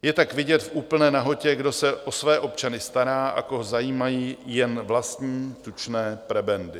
Je tak vidět v úplné nahotě, kdo se o své občany stará a koho zajímají jen vlastní tučné prebendy.